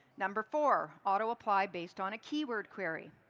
number four, auto apply based on a keyword query.